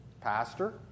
pastor